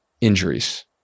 injuries